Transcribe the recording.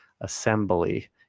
assembly